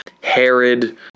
Herod